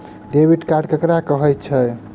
Debit card ककरा कहै छै?